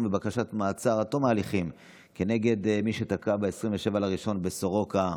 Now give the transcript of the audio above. ויש בקשת מעצר עד תום ההליכים נגד מי שתקף ב-27 בינואר בסורוקה.